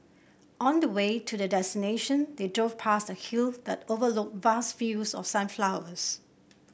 on the way to their destination they drove past a hill that overlooked vast fields of sunflowers